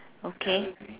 okay